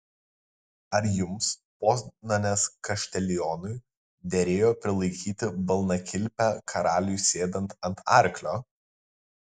ar jums poznanės kaštelionui derėjo prilaikyti balnakilpę karaliui sėdant ant arklio